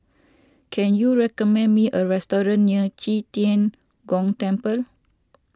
can you recommend me a restaurant near Qi Tian Gong Temple